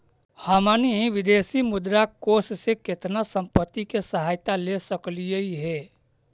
हमनी विदेशी मुद्रा कोश से केतना संपत्ति के सहायता ले सकलिअई हे?